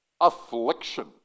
affliction